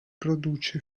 produce